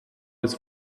des